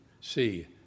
see